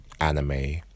anime